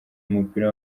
umupira